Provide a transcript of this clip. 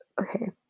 okay